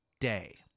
day